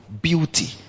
beauty